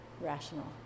rational